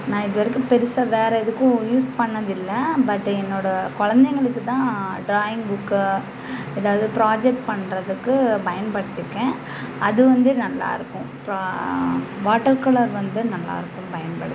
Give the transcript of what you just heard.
நான் இதுவரைக்கும் பெருசாக வேறு எதுக்கும் யூஸ் பண்ணதில்லை பட் என்னோட கொழந்தைங்களுக்கு தான் ட்ராயிங் புக்கை ஏதாவது ப்ராஜெக்ட் பண்ணுறதுக்கு பயன்படுத்தியிருக்கேன் அதுவந்து நல்லாயிருக்கும் வாட்டர் கலர் வந்து நல்லாயிருக்கும் பயன்படுத்த